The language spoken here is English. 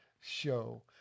show